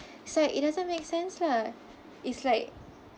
so it doesn't make sense lah it's like